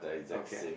okay